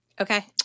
Okay